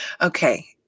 Okay